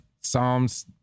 Psalms